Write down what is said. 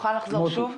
תוכל לחזור שוב?